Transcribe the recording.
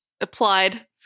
applied